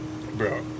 bro